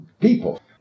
people